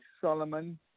Solomon